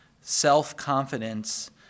self-confidence